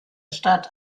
stadt